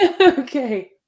Okay